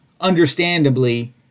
understandably